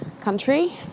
country